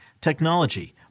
technology